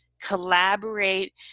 collaborate